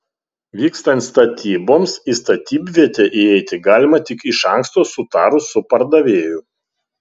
vykstant statyboms į statybvietę įeiti galima tik iš anksto sutarus su pardavėju